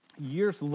Years